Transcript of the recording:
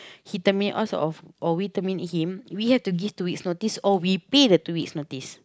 he terminate or sort of or we terminate him we have to give two weeks notice or we pay the two weeks notice